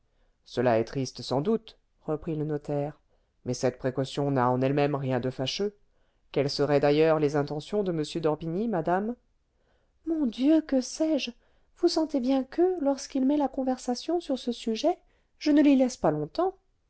cela est triste sans doute reprit le notaire mais cette précaution n'a en elle-même rien de fâcheux quelles seraient d'ailleurs les intentions de m d'orbigny madame mon dieu que sais-je vous sentez bien que lorsqu'il met la conversation sur ce sujet je ne l'y laisse pas longtemps